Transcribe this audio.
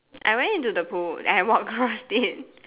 I went into the pool and I walk across it